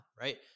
Right